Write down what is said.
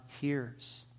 hears